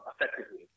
effectively